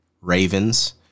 Ravens